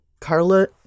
Carla